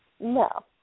No